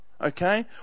okay